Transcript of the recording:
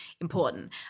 important